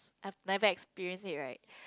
I've never experienced it right